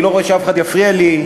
אני לא רואה אף אחד שיפריע לי.